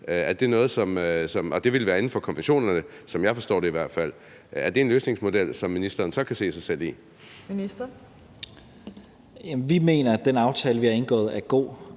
det ville være inden for konventionerne, som jeg forstår det i hvert fald. Er det en løsningsmodel, som ministeren så kan se sig selv i? Kl. 15:41 Tredje næstformand (Trine Torp):